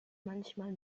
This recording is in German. manchmal